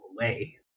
away